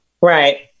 Right